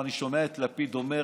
אני שומע את לפיד אומר: